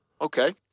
Okay